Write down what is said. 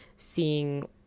Seeing